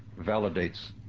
validates